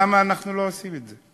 למה אנחנו לא עושים את זה?